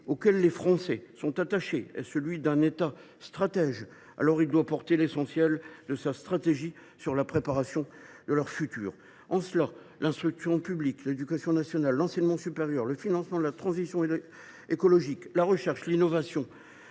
auquel les Français sont attachés est celui d’un État stratège, alors celui ci doit faire porter l’essentiel de sa stratégie sur la préparation de leur futur. En cela, l’instruction publique, l’enseignement supérieur, le financement de la transition écologique, la recherche, l’innovation